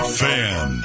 fan